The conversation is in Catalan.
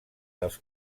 dels